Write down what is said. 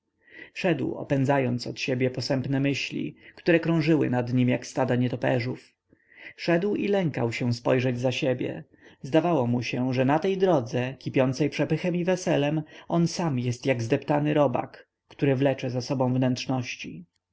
szedł odpędzając od siebie posępne myśli które krążyły nad nim jak stada nietoperzów szedł i lękał się spojrzeć za siebie zdawało mu się że na tej drodze kipiącej przepychem i weselem on sam jest jak zdeptany robak który wlecze za sobą